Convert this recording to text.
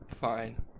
Fine